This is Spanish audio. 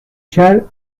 chad